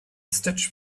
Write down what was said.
stitch